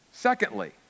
Secondly